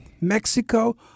Mexico